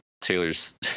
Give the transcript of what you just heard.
Taylor's